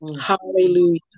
hallelujah